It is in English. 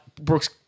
Brooks